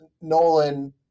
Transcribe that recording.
Nolan